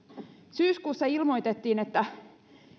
syyskuussa ilmoitettiin että